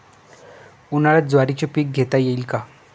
उन्हाळ्यात ज्वारीचे पीक घेता येईल का?